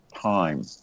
time